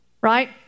Right